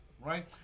right